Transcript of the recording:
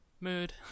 Mood